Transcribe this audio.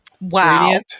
Wow